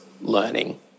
learning